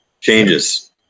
Changes